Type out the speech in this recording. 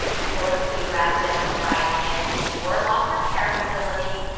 you will include residents who died in your long-term care facility,